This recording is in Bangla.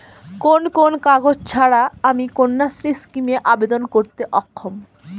কোন কোন কাগজ ছাড়া আমি কন্যাশ্রী স্কিমে আবেদন করতে অক্ষম?